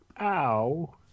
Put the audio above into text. Ow